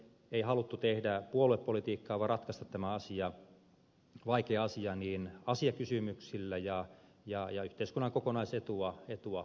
ei haluttu tehdä puoluepolitiikkaa vaan ratkaista tämä vaikea asia asiakysymyksillä ja yhteiskunnan kokonaisetua ajatellen